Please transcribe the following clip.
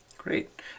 Great